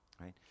right